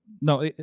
no